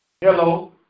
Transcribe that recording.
Hello